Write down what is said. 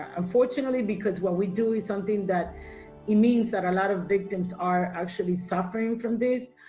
unfortunately, because what we do is something that it means that a lot of victims are actually suffering from this,